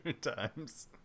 times